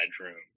bedroom